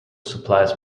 supplies